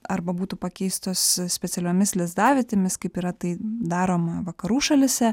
arba būtų pakeistos specialiomis lizdavietėmis kaip yra tai daroma vakarų šalyse